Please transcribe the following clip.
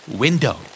Window